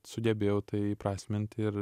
sugebėjau tai įprasmint ir